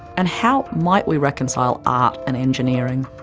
and how might we reconcile art and engineering?